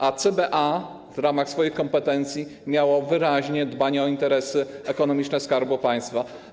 A CBA w swoich kompetencjach miało wyraźnie dbanie o interesy ekonomiczne Skarbu Państwa.